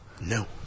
No